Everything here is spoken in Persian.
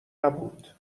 نبود